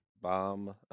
bomb